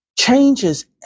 Changes